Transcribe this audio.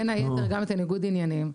בין היתר גם את הניגוד עניינים,